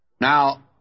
Now